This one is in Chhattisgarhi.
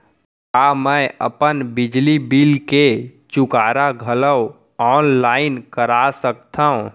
का मैं अपन बिजली बिल के चुकारा घलो ऑनलाइन करा सकथव?